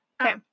Okay